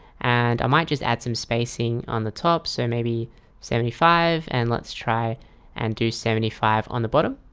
and i might just add some spacing on the top so maybe seventy five and let's try and do seventy five on the bottom